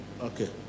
okay